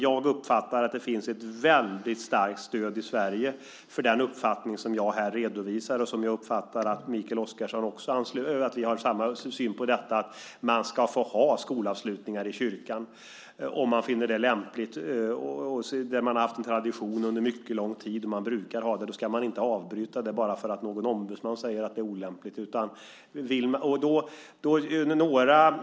Jag uppfattar att det finns ett väldigt starkt stöd i Sverige för den uppfattning som jag här redovisar, och jag uppfattar att Mikael Oscarsson och jag har samma syn på att man ska få ha skolavslutningar i kyrkan om man finner det lämpligt. Man kanske har haft en sådan tradition under mycket lång tid, och då ska man inte avbryta den bara därför att någon ombudsman säger att det är olämpligt.